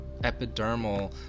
epidermal